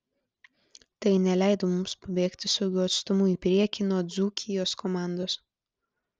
tai neleido mums pabėgti saugiu atstumu į priekį nuo dzūkijos komandos